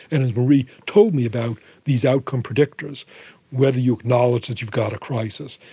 and and marie told me about these outcome predictors whether you acknowledge that you've got a crisis,